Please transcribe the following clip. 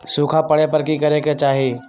सूखा पड़े पर की करे के चाहि